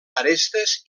arestes